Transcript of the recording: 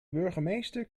burgemeester